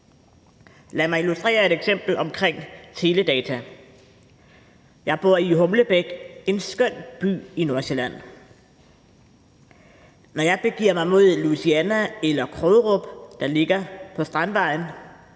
Lad mig illustrere det med et eksempel omkring teledata. Jeg bor i Humlebæk, en skøn by i Nordsjælland. Når jeg begiver mig mod Louisiana eller Krogerup, der ligger på Strandvejen,